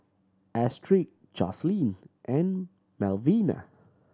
Astrid Jocelyne and Melvina